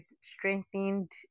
strengthened